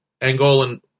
Angolan